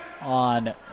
on